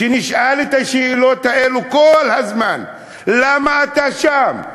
שנשאל את השאלות האלה כל הזמן: למה אתה שם?